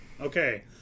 okay